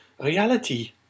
reality